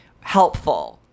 helpful